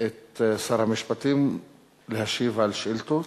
את שר המשפטים להשיב על שאילתות.